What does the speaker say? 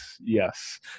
Yes